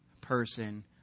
person